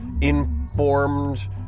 informed